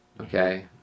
okay